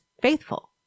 faithful